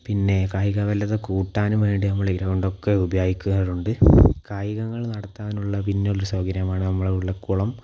പിന്നെ കായികബലത്തെ കൂട്ടാനും വേണ്ടി നമ്മൾ ഈ ഗ്രൗണ്ടൊക്കെ ഉപയോഗിക്കാറുണ്ട് കായികങ്ങൾ നടത്താനുള്ള പിന്നെയുള്ള സൗകര്യമാണ് നമ്മുടെ വീട്ടിലെ കുളം